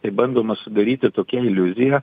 tai bandoma sudaryti tokią iliuziją